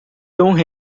tom